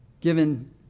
given